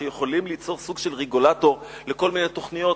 שיכולים ליצור סוג של רגולטור לכל מיני תוכניות.